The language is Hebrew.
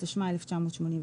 התשמ"א-1981,